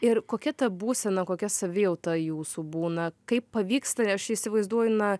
ir kokia ta būsena kokia savijauta jūsų būna kaip pavyksta aš įsivaizduoju na